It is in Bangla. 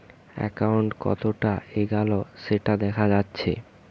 একাউন্ট কতোটা এগাল সেটা দেখা যাচ্ছে